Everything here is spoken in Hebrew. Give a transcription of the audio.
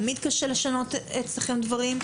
תמיד קשה לשנות אצלכם דברים.